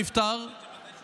נפטר,